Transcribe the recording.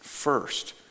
first